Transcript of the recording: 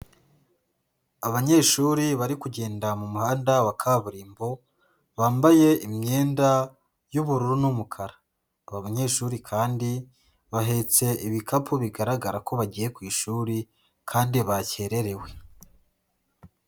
Abanyeshuri bari kugenda mu muhanda wa kaburimbo, bambaye imyenda y'ubururu n'umukara, aba banyeshuri kandi bahetse ibikapu bigaragara ko bagiye ku ishuri kandi bakererewe.